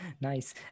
Nice